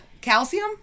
calcium